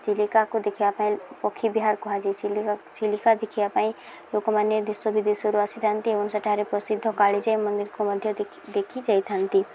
ଚିଲିକାକୁ ଦେଖିବା ପାଇଁ ପକ୍ଷୀ ବିହାର କୁହାଯାଏ ଚିଲିକା ଚିଲିକା ଦେଖିବା ପାଇଁ ଲୋକମାନେ ଦେଶ ବିଦେଶରୁ ଆସିଥାନ୍ତି ଏବଂ ସେଠାରେ ପ୍ରସିଦ୍ଧ କାଳିଜାଈ ମନ୍ଦିରକୁ ମଧ୍ୟ ଦେଖି ଯାଇଥାନ୍ତି